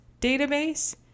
database